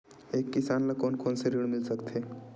एक किसान ल कोन कोन से ऋण मिल सकथे?